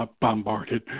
bombarded